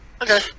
Okay